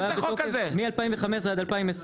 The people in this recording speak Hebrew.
הוא אומר לי דבר מאוד